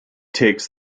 takes